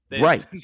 Right